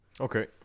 Okay